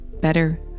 better